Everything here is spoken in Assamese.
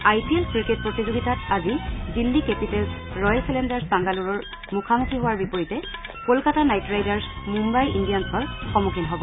আই পি এল ক্ৰিকেট প্ৰতিযোগিতাত আজি দিল্লী কেপিটেলছ ৰয়েল ছেলেঞ্জাৰ্ছ বাংগালোৰৰ মুখামুখি হোৱাৰ বিপৰীতে কলকাতা নাইট ৰাইডাৰ্ছ মুঘাই ইণ্ডিয়ানছৰ সন্মুখীন হব